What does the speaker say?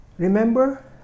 Remember